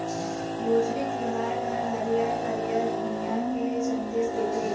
भोजली तिहार ह हरियर हरियर भुइंया के संदेस देथे